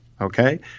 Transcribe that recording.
okay